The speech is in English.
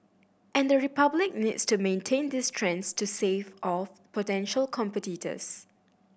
and the Republic needs to maintain these strengths to stave off potential competitors